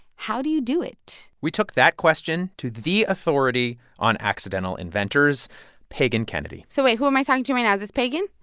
how do you do it? we took that question to the authority on accidental inventors pagan kennedy so, wait. who am i talking to right and this pagan?